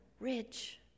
rich